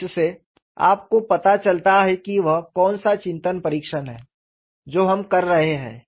तो इससे आपको पता चलता है कि वह कौन सा चिंतन परीक्षण है जो हम कर रहे हैं